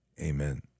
Amen